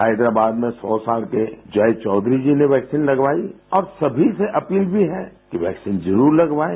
हैदराबाद में सौ साल के जय चौधरी जी ने वैक्सीन लगवाई और सभी से अपील भी है कि वैक्सीन जरूर लगवाएँ